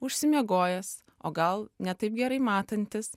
užsimiegojęs o gal ne taip gerai matantis